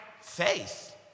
faith